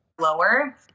lower